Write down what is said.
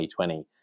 2020